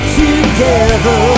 together